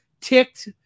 ticked